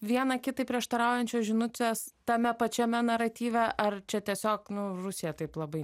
viena kitai prieštaraujančios žinutės tame pačiame naratyve ar čia tiesiog nu rusija taip labai